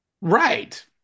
Right